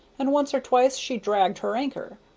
and once or twice she dragged her anchor.